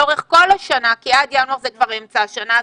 לאורך כל השנה בלי אמצעי קצה.